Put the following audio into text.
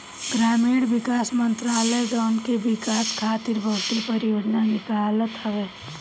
ग्रामीण विकास मंत्रालय गांवन के विकास खातिर बहुते परियोजना निकालत हवे